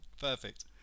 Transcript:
perfect